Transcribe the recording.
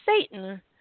Satan